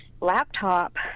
laptop